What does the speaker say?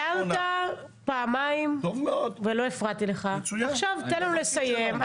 הערת פעמיים ולא הפרעתי לך, עכשיו תן לו לסיים.